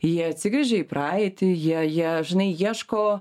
jie atsigręžė į praeitį jie jie žinai ieško